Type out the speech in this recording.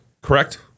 Correct